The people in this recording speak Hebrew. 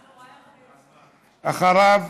אחריו,